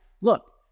look